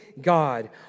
God